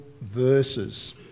verses